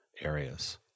areas